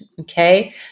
okay